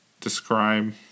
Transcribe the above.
describe